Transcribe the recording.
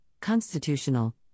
constitutional